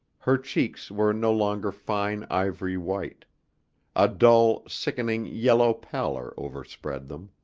her cheeks were no longer fine ivory white a dull, sickening, yellow pallor overspread them.